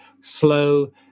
slow